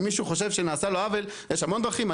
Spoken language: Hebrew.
אם מישהו חושב שנעשה לו עוול יש המון דרכים.